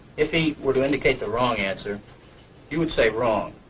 if he were to indicate the wrong answer you would say wrong.